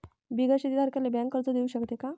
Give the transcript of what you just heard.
बिगर शेती धारकाले बँक कर्ज देऊ शकते का?